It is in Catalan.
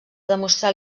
demostrar